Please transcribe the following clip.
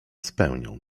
spełnią